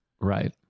Right